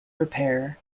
repair